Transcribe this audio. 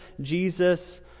Jesus